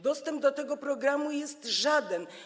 Dostęp do tego programu jest żaden.